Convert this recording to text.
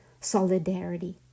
solidarity